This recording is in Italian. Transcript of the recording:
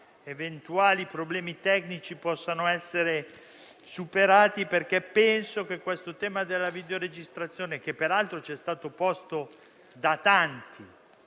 eventuali problemi tecnici possano essere superati. Penso infatti che il tema della videoregistrazione, che peraltro ci è stato posto da tanti